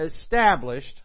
established